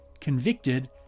convicted